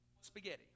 spaghetti